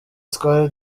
twari